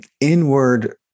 inward